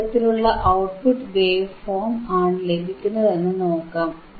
ഏതു വിധത്തിലുള്ള output wave form ആണ് ലഭിക്കുന്നതെന്നും നോക്കാം